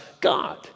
God